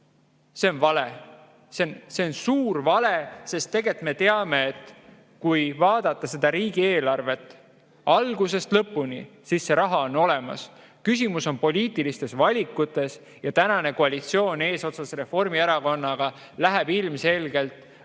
see on vale. See on suur vale, sest tegelikult me teame, et kui vaadata seda riigieelarvet algusest lõpuni, siis see raha on olemas. Küsimus on poliitilistes valikutes ja tänane koalitsioon eesotsas Reformierakonnaga läheb ilmselgelt